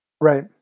Right